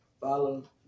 Follow